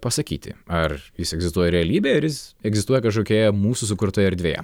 pasakyti ar jis egzistuoja realybėje ar jis egzistuoja kažkokioje mūsų sukurtoje erdvėje